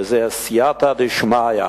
וזה הסייעתא דשמיא,